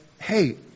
hey